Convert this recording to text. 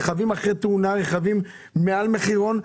רכבים אחרי תאונה, רכבים במחיר מעל המחירון.